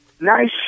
nice